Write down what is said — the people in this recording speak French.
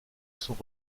sont